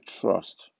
trust